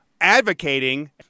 advocating